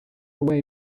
away